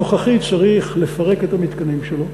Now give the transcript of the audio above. הנוכחי צריך לפרק את המתקנים שלו,